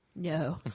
No